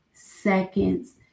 seconds